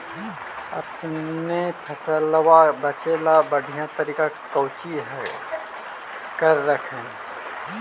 अपने फसलबा बचे ला बढ़िया तरीका कौची कर हखिन?